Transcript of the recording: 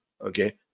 okay